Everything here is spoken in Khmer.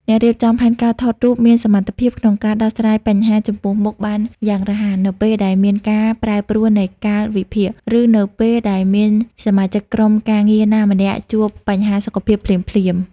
អ្នករៀបចំផែនការថតត្រូវមានសមត្ថភាពក្នុងការដោះស្រាយបញ្ហាចំពោះមុខបានយ៉ាងរហ័ស នៅពេលដែលមានការប្រែប្រួលនៃកាលវិភាគ ឬនៅពេលដែលមានសមាជិកក្រុមការងារណាម្នាក់ជួបបញ្ហាសុខភាពភ្លាមៗ។